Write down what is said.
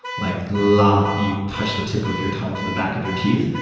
like la, you touch the tip of your tongue to the back of your teeth,